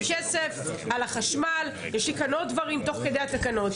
הכסף, החשמל ועוד כמה דברים שיעלו בהמשך התקנות.